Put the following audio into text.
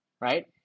right